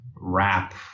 rap